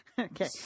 Okay